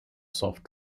soft